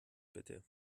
bitte